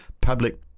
public